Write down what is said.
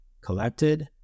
collected